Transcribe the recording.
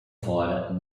fora